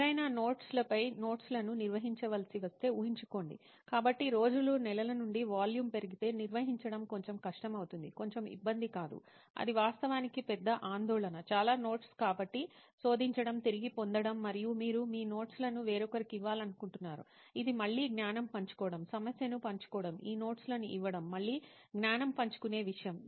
ఎవరైనా నోట్స్ లపై నోట్స్ లను నిర్వహించవలసి వస్తే ఊహించుకోండి కాబట్టి రోజులు నెలల నుండి వాల్యూమ్ పెరిగితే నిర్వహించడం కొంచెం కష్టమవుతుంది కొంచెం ఇబ్బంది కాదు అది వాస్తవానికి పెద్ద ఆందోళన చాలా నోట్స్ కాబట్టి శోధించడం తిరిగి పొందడం మరియు మీరు మీ నోట్స్ లను వేరొకరికి ఇవ్వాలనుకుంటున్నారు ఇది మళ్ళీ జ్ఞానం పంచుకోవడం సమస్యను పంచుకోవడం ఈ నోట్స్ లను ఇవ్వడం మళ్ళీ జ్ఞానం పంచుకునే విషయం